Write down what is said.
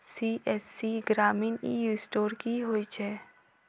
CSC ग्रामीण e store की होइ छै?